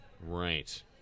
Right